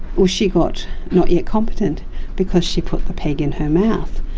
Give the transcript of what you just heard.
well, she got not yet competent because she put the peg in her mouth.